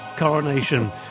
coronation